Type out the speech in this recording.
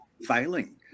failing